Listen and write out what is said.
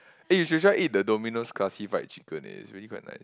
eh you should try eat the Dominos classified chicken eh it's really quite nice